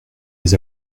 les